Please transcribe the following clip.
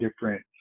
different